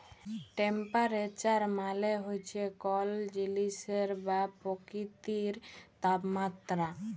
temperature মালে হছে কল জিলিসের বা পকিতির তাপমাত্রা